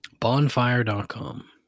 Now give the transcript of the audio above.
Bonfire.com